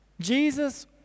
Jesus